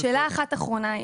שאלה אחת אחרונה,